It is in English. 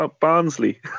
Barnsley